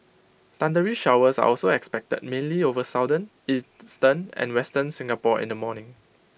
thundery showers are also expected mainly over southern eastern and western Singapore in the morning